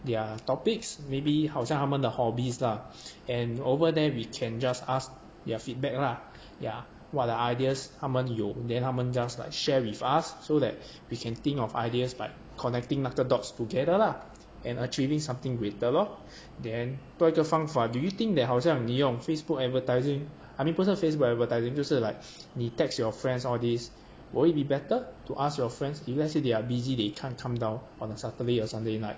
their topics maybe 好像他们的 hobbies lah and over there we can just ask their feedback lah ya what are the ideas 他们有 then 他们 just like share with us so that we can think of ideas by connecting 那个 dots together lah and achieving something greater lor then 多一个方法 do you think that 好像你用 facebook advertising I mean 不是 facebook advertising 就是 like 你 text your friends all this would be better to ask your friends if let's say they are busy they can't come down on a saturday or sunday night